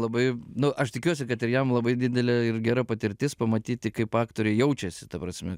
labai nu aš tikiuosi kad ir jam labai didelė ir gera patirtis pamatyti kaip aktoriai jaučiasi ta prasme